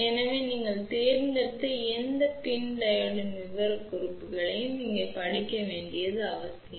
எனவே நீங்கள்தேர்ந்தெடுத்தஎந்த PIN டையோடின் விவரக்குறிப்புகளையும் மீண்டும் படிக்க வேண்டியது அவசியம்